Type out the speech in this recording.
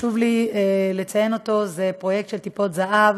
שחשוב לי לציין אותו זה פרויקט של "טיפות זהב",